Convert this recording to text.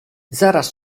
zaraz